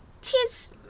Tis